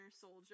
Soldier